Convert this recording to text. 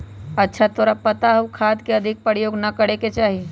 अच्छा तोरा पता हाउ खाद के अधिक प्रयोग ना करे के चाहि?